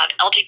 LGBT